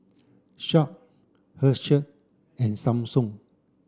Sharp Herschel and Samsung